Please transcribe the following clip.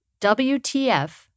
WTF